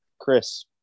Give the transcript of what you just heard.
Chris